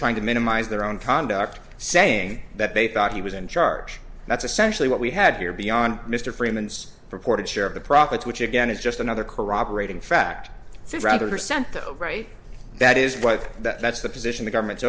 trying to minimize their own conduct saying that they thought he was in charge that's essentially what we had here beyond mr freeman's reported share of the profits which again is just another corroborating fact so rather sent though right that is what that's the position the government